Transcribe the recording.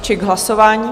Či k hlasování?